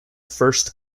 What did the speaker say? first